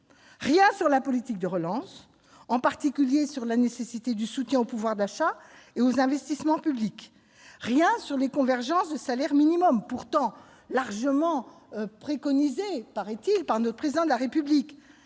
Rien sur la politique de relance, en particulier sur la nécessité d'un soutien au pouvoir d'achat et aux investissements publics. Rien sur la convergence du salaire minimum, pourtant largement préconisée, paraît-il, par le Président de la République.